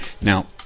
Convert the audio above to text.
Now